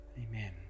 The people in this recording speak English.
Amen